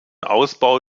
ausbau